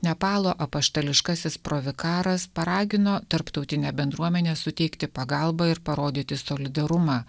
nepalo apaštališkasis pro vikaras paragino tarptautinę bendruomenę suteikti pagalbą ir parodyti solidarumą